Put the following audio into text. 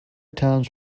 towns